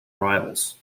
rivals